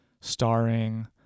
starring